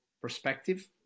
perspective